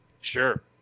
Sure